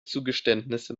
zugeständnisse